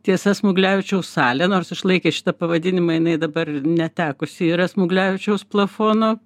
tiesa smuglevičiaus salė nors išlaikė šitą pavadinimą jinai dabar netekusi yra smuglevičiaus plafono